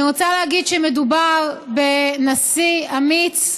אני רוצה להגיד שמדובר בנשיא אמיץ,